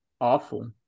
awful